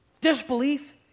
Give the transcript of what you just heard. Disbelief